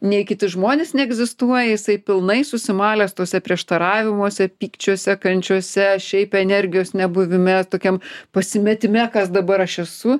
nei kiti žmonės neegzistuoja jisai pilnai susimalęs tuose prieštaravimuose pykčiuose kančiose šiaip energijos nebuvime tokiam pasimetime kas dabar aš esu